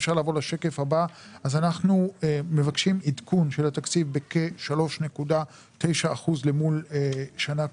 אנחנו מבקשים עדכון של התקציב בכ-3.9% למול שנה קודמת.